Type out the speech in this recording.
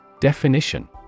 Definition